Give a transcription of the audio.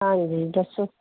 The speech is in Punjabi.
ਹਾਂਜੀ ਦੱਸੋ